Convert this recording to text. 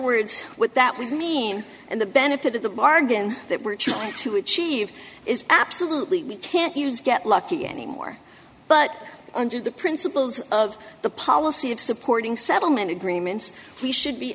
words what that would mean and the benefit of the bargain that we're trying to achieve is absolutely we can't use get lucky anymore but under the principles of the policy of supporting settlement agreements we should be